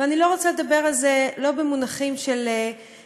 אני לא רוצה לדבר על זה לא במונחים של כיבוש,